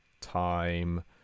Time